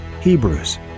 Hebrews